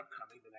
upcoming